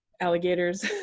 alligators